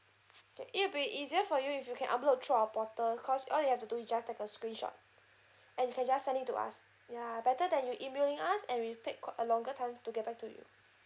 okay it'll be for you if you can upload through our portal cause all you have to do is just take a screenshot and you can just send it to us ya better than you emailing us and we take quite a longer time to get back to you